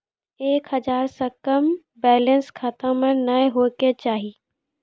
एक हजार से कम बैलेंस खाता मे नैय होय के चाही